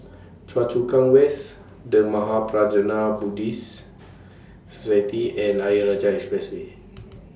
Choa Chu Kang West The Mahaprajna Buddhist Society and Ayer Rajah Expressway